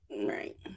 Right